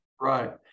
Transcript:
Right